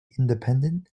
independent